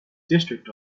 district